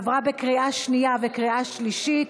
עברה בקריאה שנייה ובקריאה שלישית,